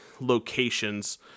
locations